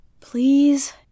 Please